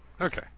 Okay